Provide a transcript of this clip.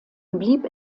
blieb